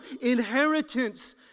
inheritance